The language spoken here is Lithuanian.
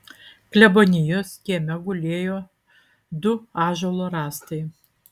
klebonijos kieme gulėjo du ąžuolo rąstai